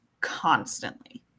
constantly